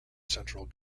central